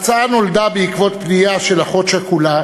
ההצעה נולדה בעקבות פנייה של אחות שכולה